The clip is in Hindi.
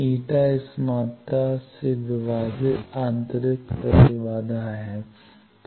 एटा η इस मात्रा से विभाजित आंतरिक प्रतिबाधा है